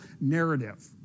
narrative